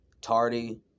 tardy